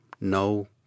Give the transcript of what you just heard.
no